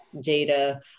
data